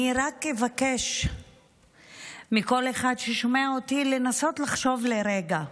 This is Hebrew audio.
אני רק אבקש מכל אחד ששומע אותי לנסות לחשוב לרגע,